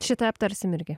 šitą aptarsim irgi